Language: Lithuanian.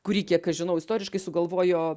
kurį kiek aš žinau istoriškai sugalvojo